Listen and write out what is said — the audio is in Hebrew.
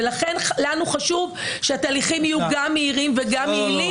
ולכן לנו חשוב שהתהליכים יהיו גם מהירים וגם יעילים.